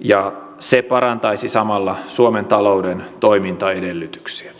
ja se parantaisi samalla suomen talouden toimintaedellytyksiä